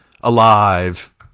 alive